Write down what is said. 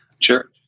Sure